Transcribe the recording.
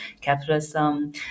capitalism